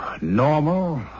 normal